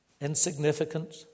Insignificant